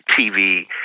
TV